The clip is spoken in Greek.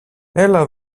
έλα